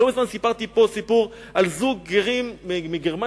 לא מזמן סיפרתי פה סיפור על זוג גרים מגרמניה,